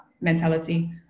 mentality